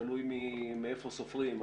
תלוי מאיפה סופרים,